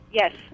Yes